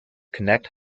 connect